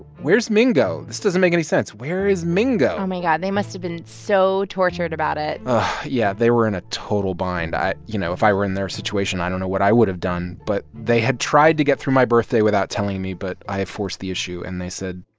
where's mingo? this doesn't make any sense. where is mingo? oh, my god. they must have been so tortured about it yeah. they were in a total bind. i you know, if i were in their situation, i don't know what i would've done. but they had tried to get through my birthday without telling me. but i forced the issue. and they said,